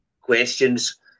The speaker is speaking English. questions